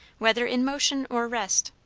whether in motion or rest.